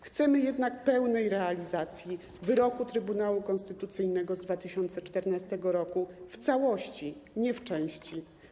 Chcemy pełnej realizacji wyroku Trybunału Konstytucyjnego z 2014 r. w całości, nie w części.